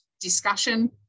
discussion